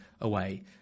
away